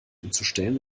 umzustellen